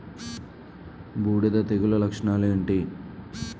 బూడిద తెగుల లక్షణాలు ఏంటి?